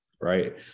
Right